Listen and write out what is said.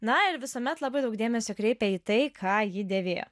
na ir visuomet labai daug dėmesio kreipė į tai ką ji dėvėjo